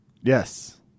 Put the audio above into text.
Yes